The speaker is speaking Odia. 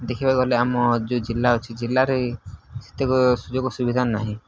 ଦେଖିବାକୁ ଗଲେ ଆମ ଯେଉଁ ଜିଲ୍ଲା ଅଛି ଜିଲ୍ଲାରେ ସେତେ ସୁଯୋଗ ସୁବିଧା ନାହିଁ